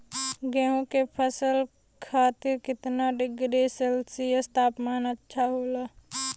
गेहूँ के फसल खातीर कितना डिग्री सेल्सीयस तापमान अच्छा होला?